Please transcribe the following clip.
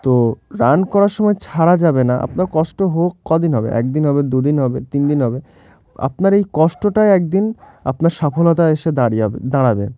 তো রান করার সময় ছাড়া যাবে না আপনার কষ্ট হোক কদিন হবে একদিন হবে দু দিন হবে তিন দিন হবে আপনার এই কষ্টটাই একদিন আপনার সফলতায় এসে দাঁড়িয়াবে দাঁড়াবে